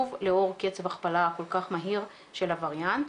שוב, לאור קצב הכפלה כל כך מהיר של הווריאנט.